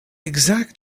exact